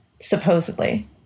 Supposedly